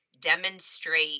demonstrate